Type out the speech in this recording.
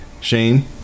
Shane